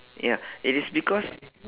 ya it is because